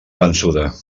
vençuda